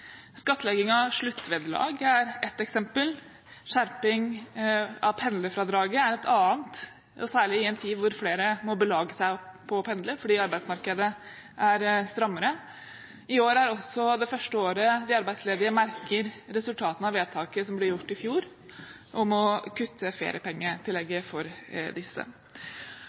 Skattlegging av sluttvederlag er ett eksempel, skjerping av pendlerfradraget er et annet – og særlig i en tid da flere må belage seg på å pendle fordi arbeidsmarkedet er strammere. I år er også det første året de arbeidsledige merker resultatene av vedtaket som ble gjort i fjor, om å kutte